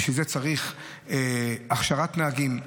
בשביל זה צריך הכשרת נהגים,